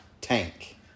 Tank